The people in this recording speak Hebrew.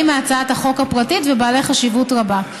מהצעת החוק הפרטית ובעלי חשיבות רבה.